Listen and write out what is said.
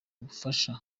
ubufasha